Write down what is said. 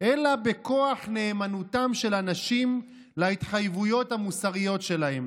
אלא בכוח נאמנותם של אנשים להתחייבויות המוסריות שלהם.